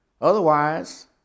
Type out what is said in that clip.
Otherwise